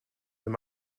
wenn